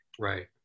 Right